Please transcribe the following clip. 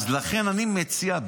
לכן אני מציע,